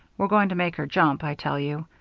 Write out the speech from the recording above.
we're going to make her jump, i tell you.